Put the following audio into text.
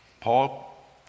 Paul